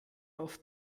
auf